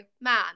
man